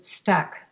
stuck